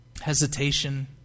hesitation